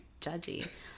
judgy